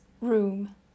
room